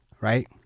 right